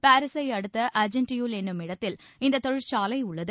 பாரிசை அடுத்த அர்ஜெண்டியுல் எனனும் இடத்தில் இந்த தொழிற்சாலை உள்ளது